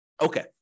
Okay